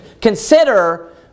consider